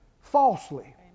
falsely